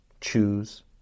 choose